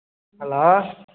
hello